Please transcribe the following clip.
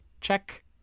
check